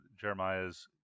jeremiah's